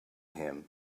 him